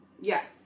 yes